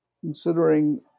considering